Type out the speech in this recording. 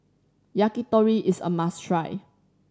yakitori is a must try